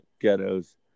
ghettos